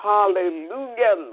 Hallelujah